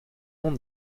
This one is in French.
monde